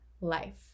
life